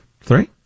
Three